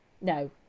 No